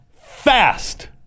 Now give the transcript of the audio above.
Fast